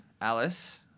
Alice